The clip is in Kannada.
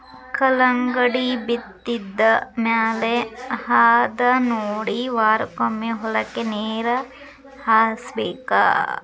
ಕಲ್ಲಂಗಡಿ ಬಿತ್ತಿದ ಮ್ಯಾಲ ಹದಾನೊಡಿ ವಾರಕ್ಕೊಮ್ಮೆ ಹೊಲಕ್ಕೆ ನೇರ ಹಾಸಬೇಕ